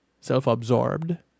self-absorbed